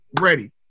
ready